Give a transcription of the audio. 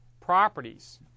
properties